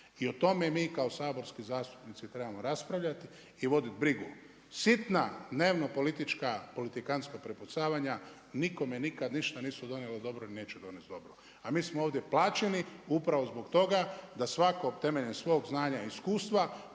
i o tome mi kao saborski zastupnici trebamo raspravljati i voditi brigu. Sitna dnevnopolitička politikantska prepucavanja nikome nikada ništa nisu donijela dobro ni neće donest dobro. A mi smo ovdje plaćeni upravo zbog toga da svako temeljem svog znanja i iskustva